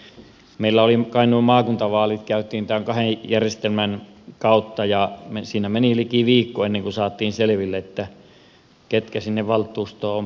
meillä oli kainuun maakuntavaalit jotka käytiin kahden järjestelmän kautta ja siinä meni liki viikko ennen kuin saatiin selville ketkä sinne valtuustoon ovat päässeet